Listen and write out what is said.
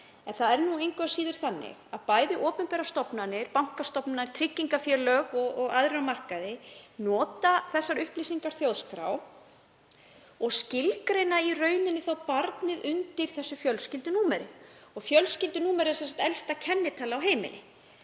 En það er engu að síður þannig að opinberar stofnanir, bankastofnanir og tryggingafélög og aðrir á markaði nota þessar upplýsingar úr þjóðskrá og skilgreina þá barnið undir þessu fjölskyldunúmeri. Fjölskyldunúmer er elsta kennitala á heimili